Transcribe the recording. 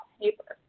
paper